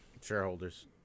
shareholders